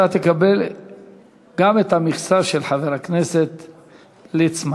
אתה תקבל גם את המכסה של חבר הכנסת ליצמן.